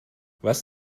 was